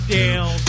down